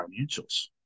financials